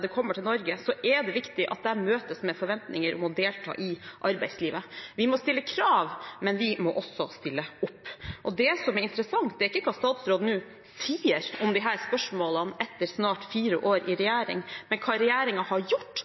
kommer til Norge, er det viktig at de møtes med forventninger om å delta i arbeidslivet. Vi må stille krav, men vi må også stille opp. Det som er interessant, er ikke hva statsråden nå sier om disse spørsmålene etter snart fire år i regjering, men hva regjeringen har gjort,